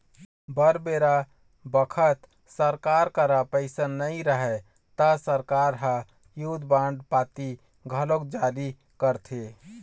बर बेरा बखत सरकार करा पइसा नई रहय ता सरकार ह युद्ध बांड पाती घलोक जारी करथे